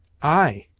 i!